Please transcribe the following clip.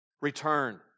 return